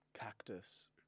Cactus